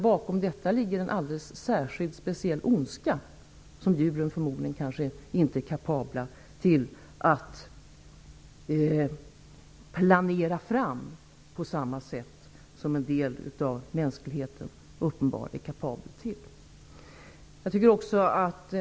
Bakom detta ligger en alldeles speciell ondska, som djuren förmodligen inte är kapabla till att så att säga planera fram på samma sätt som en del av mänskligheten uppenbarligen är.